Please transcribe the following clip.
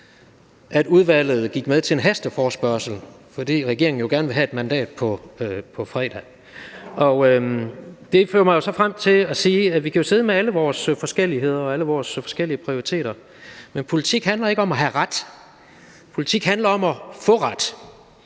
at udvalget gik med til en hasteforespørgsel, netop fordi regeringen gerne vil have et mandat på fredag. Det fører mig frem til at sige, at nok kan vi sidde med alle vores forskelligheder og alle vores forskellige prioriteter, men politik handler ikke om at have ret. Politik handler om at få ret,